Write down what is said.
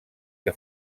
que